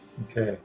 Okay